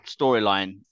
storyline